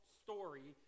story